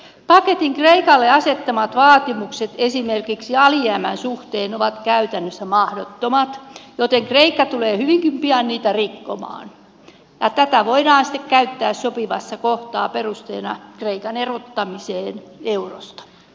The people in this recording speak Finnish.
paketin kreikalle asettamat vaatimukset esimerkiksi alijäämän suhteen ovat käytännössä mahdottomat joten kreikka tulee hyvinkin pian niitä rikkomaan ja tätä voidaan sitten käyttää sopivassa kohtaa perusteena kreikan erottamiseen eurosta